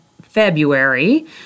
February